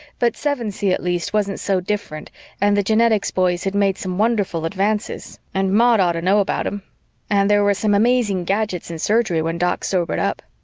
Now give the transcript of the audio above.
but sevensee at least wasn't so different and the genetics boys had made some wonderful advances and maud ought to know about them and there were some amazing gadgets in surgery when doc sobered up.